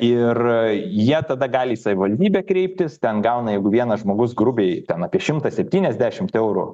ir jie tada gali į savivaldybę kreiptis ten gauna jeigu vienas žmogus grubiai ten apie šimtą septyniasdešimt eurų